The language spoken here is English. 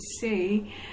say